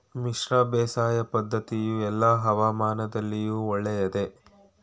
ಮಿಶ್ರ ಬೇಸಾಯ ಪದ್ದತಿಯು ಎಲ್ಲಾ ಹವಾಮಾನದಲ್ಲಿಯೂ ಒಳ್ಳೆಯದೇ?